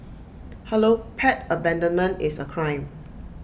hello pet abandonment is A crime